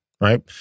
right